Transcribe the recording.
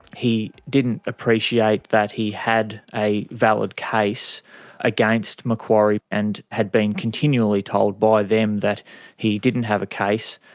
he didn't appreciate that he had a valid case against macquarie and had been continually told by them that he didn't have a case,